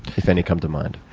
if any come to mind,